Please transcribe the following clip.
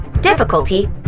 Difficulty